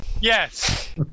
Yes